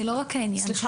אני מסכימה